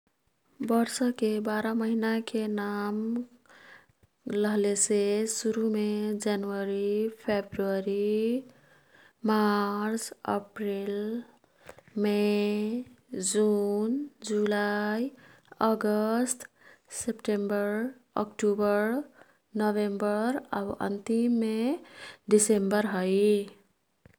वर्षके बाह्र महिनाके नाम लह्लेसे सुरुमे जनवरी, फेब्रुअरी, मार्च, अप्रिल, मे, जुन, जुलाई, अगस्त, सेप्टेम्बर, अक्टुबर, नोभेम्बर आउ अन्तिम मे डिसेम्बर है।